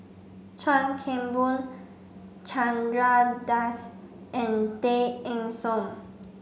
Chuan Keng Boon Chandra Das and Tay Eng Soon